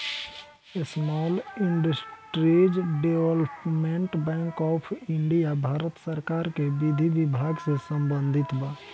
small industries development bank of India Bharat सरकार के विधि विभाग से संबंधित बा